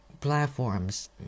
Platforms